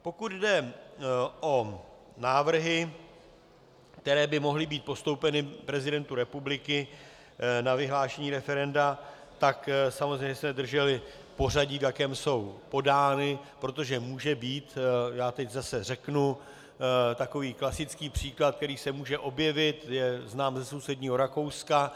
Pokud jde o návrhy, které by mohly být postoupeny prezidentu republiky na vyhlášení referenda, samozřejmě jsme drželi pořadí, v jakém jsou podány, protože může být já teď zase řeknu, takový klasický příklad, který se může objevit, znám ze sousedního Rakouska.